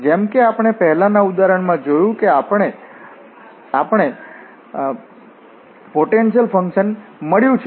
જેમ કે આપણે પહેલાનાં ઉદાહરણમાં કર્યું છે કે આપણે અમને પોટેન્શિયલ ફંકશન મળ્યું છે